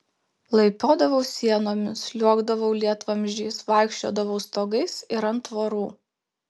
laipiodavau sienomis sliuogdavau lietvamzdžiais vaikščiodavau stogais ir ant tvorų